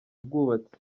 bwubatsi